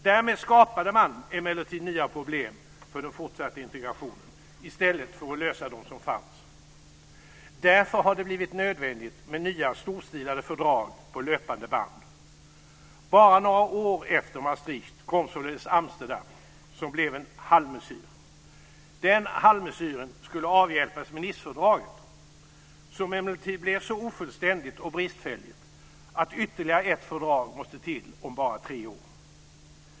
Därmed skapade man emellertid nya problem för den fortsatta integrationen i stället för att lösa dem som fanns. Därför har det blivit nödvändigt med nya storstilade fördrag på löpande band. Bara några år efter Maastricht kom således Amsterdam, som blev en halvmesyr. Den halvmesyren skulle avhjälpas med Nicefördraget, som emellertid blev så ofullständigt och bristfälligt att ytterligare ett fördrag måste till om bara tre år.